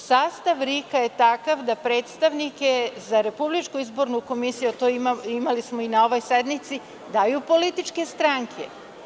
Sastav RIK-a je takav da predstavnike za Republičku izbornu komisiju, a to smo imali i na ovoj sednici, daju političke stranke.